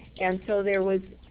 and so, there was